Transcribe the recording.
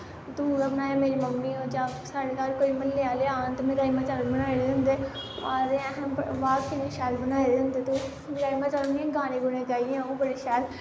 तूं ओहे बनायां मेरी मम्मी साढ़े घर कोई म्ह्ल्ले आह्ले औन ते में राजमा चावल बनाए दे होंदे आखदे अहैं वाह् किन्ने शैल बनाए दे होंदे तूं राजमा चावल में गाने गूने गाइयै अऊं बड़े शैल